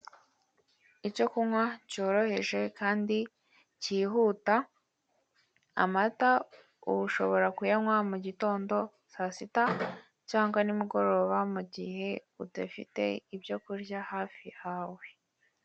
Icyo kunywa cyoroheje kandi kihuta, amata ushobora kuyanywa mu gitondo, saa sita cyangwa nimugoroba mugihe udafite ibyo kurya hafi yawe.